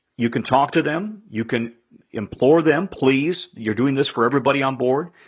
you can talk to them, you can implore them, please, you're doing this for everybody on board.